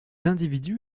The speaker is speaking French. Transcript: individus